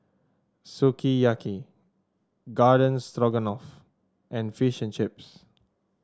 Sukiyaki Garden Stroganoff and Fish and Chips